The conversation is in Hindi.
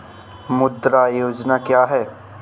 मुद्रा योजना क्या है?